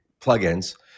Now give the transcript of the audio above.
plugins